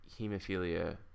hemophilia